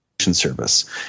service